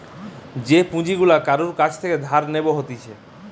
যে পুঁজি গুলা কারুর কাছ থেকে ধার নেব হতিছে